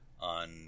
on